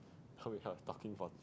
help me help I was talking for